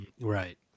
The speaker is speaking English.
Right